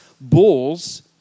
bulls